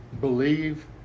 believe